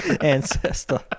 ancestor